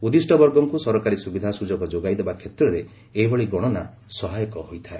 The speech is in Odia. ଉଦ୍ଦିଷ୍ଟ ବର୍ଗଙ୍କୁ ସରକାରୀ ସୁବିଧା ସୁଯୋଗ ଯୋଗାଇଦେବା କ୍ଷେତ୍ରରେ ଏହିଭଳି ଗଣନା ସହାୟକ ହୋଇଥାଏ